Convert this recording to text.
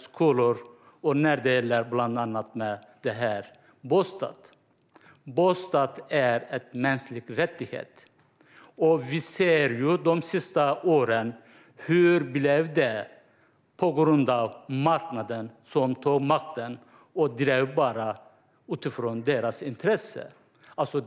skolor och bostadsbyggande. Bostad är en mänsklig rättighet. Under de senaste åren har vi sett hur det blev på grund av att marknaden tog makten och byggföretagen drev verksamheten utifrån deras egna intressen.